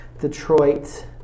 Detroit